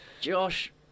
Josh